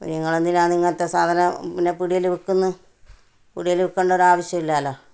ഇങ്ങളെന്തിനാണിങ്ങനത്തെ സാധനം പിന്നെ പീടികയിൽ വിൽക്കുന്നത് പീടികയിൽ വിൽക്കേണ്ട ഒരു ആവശ്യം ഇല്ലല്ലോ